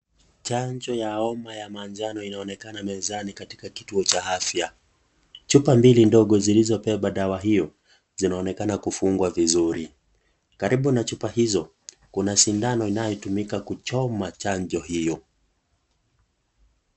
Chanjo ya homa ya manjano inaonekana mezani katika kituo cha afya. Chupa mbili ndogo zilizo beba dawa hiyo, zinaonekana kufungwa vizuri. Karibu na chupa hizo, kuna sindano inayotumika kuchoma chanjo hiyo.